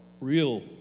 real